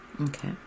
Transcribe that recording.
Okay